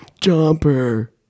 Jumper